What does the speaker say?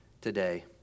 today